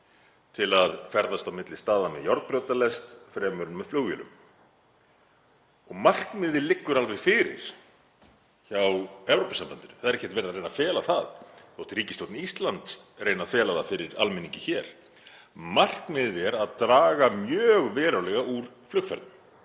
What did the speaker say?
til að ferðast á milli staða með járnbrautarlest fremur en með flugvélum. Markmiðið liggur alveg fyrir hjá Evrópusambandinu. Það er ekkert verið að reyna að fela það þótt ríkisstjórn Íslands reyni að fela það fyrir almenningi hér. Markmiðið er að draga mjög verulega úr flugferðum,